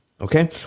okay